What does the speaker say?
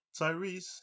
Tyrese